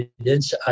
evidence